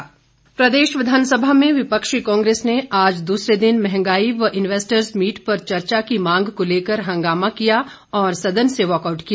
walkout प्रदेश विधानसभा में विपक्षी कांग्रेस ने आज दूसरे दिन महंगाई व इन्वेस्टर्स मीट पर चर्चा की मांग को लेकर हंगामा किया और सदन से वाकआउट किया